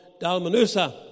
Dalmanusa